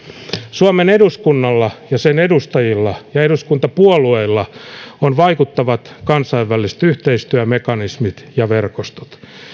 suomen eduskunnalla ja sen edustajilla ja eduskuntapuolueilla on vaikuttavat kansainväliset yhteistyömekanismit ja verkostot